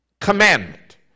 commandment